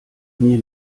mir